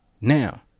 Now